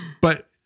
but-